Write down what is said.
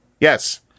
Yes